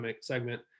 segment